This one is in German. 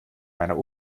meiner